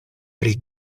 pri